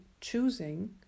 choosing